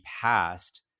passed